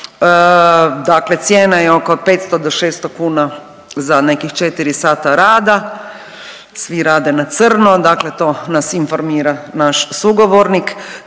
Dakle, cijena je oko 500 do 600 kuna za nekih četiri sata rada, svi rade na crno, dakle to nas informira naš sugovornik.